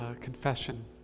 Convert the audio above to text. confession